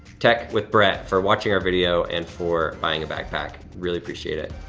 tech with brett for watching our video and for buying a backpack, really appreciate it.